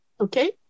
Okay